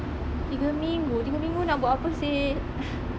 tiga minggu tiga minggu nak buat apa seh